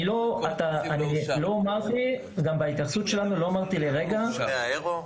אני לא אמרתי לרגע ------ לגבי האירו.